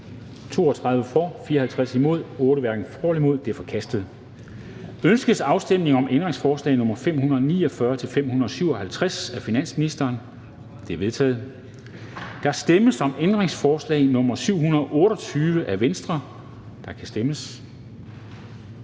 726 af DF som forkastet. Det er forkastet. Ønskes afstemning om ændringsforslag nr. 547 og 548 af finansministeren? De er vedtaget. Der stemmes om ændringsforslag nr. 727 af V, og der kan stemmes.